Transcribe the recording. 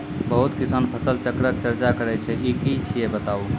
बहुत किसान फसल चक्रक चर्चा करै छै ई की छियै बताऊ?